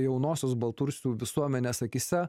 jaunosios baltarusių visuomenės akyse